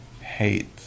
hate